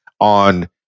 on